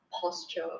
posture